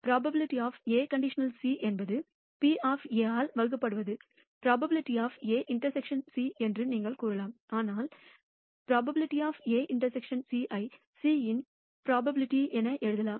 P A | C என்பது P ஆல் வகுக்கப்படுவது P A ∩ C என்று நீங்கள் கூறலாம் ஆனால் P A ∩ C ஐ C இன் ப்ரோபபிலிட்டி என எழுதலாம்